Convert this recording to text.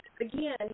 again